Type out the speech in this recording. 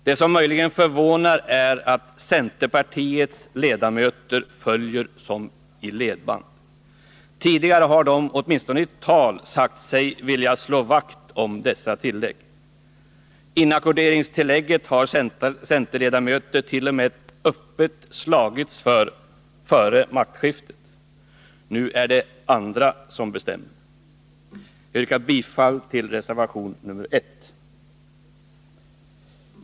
Det som möjligen förvånar är att centerpartiets ledamöter följer som i ledband. Tidigare har de åtminstone i tal sagt sig vilja slå vakt om dessa tillägg. Inackorderingstillägget har centerledamöter t.o.m. öppet slagits för före maktskiftet. Nu är det andra som bestämmer. Jag yrkar bifall till reservation nr 1.